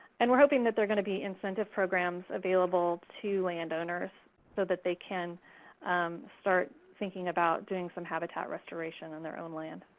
and we're hoping that there are going to be incentive programs available to landowners so that they can start thinking about doing some habitat restoration on their own land.